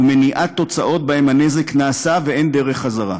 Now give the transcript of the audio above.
למנוע תוצאות שבהן הנזק נעשה ואין דרך חזרה.